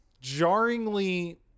jarringly –